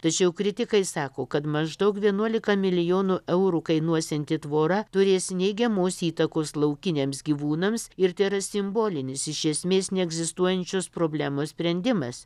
tačiau kritikai sako kad maždaug vienuolika milijonų eurų kainuosianti tvora turės neigiamos įtakos laukiniams gyvūnams ir tėra simbolinis iš esmės neegzistuojančios problemos sprendimas